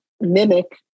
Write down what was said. mimic